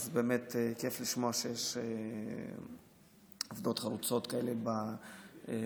באמת כיף לשמוע שיש עובדות חרוצות כאלה במשרד.